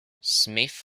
smith